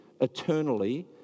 eternally